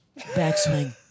backswing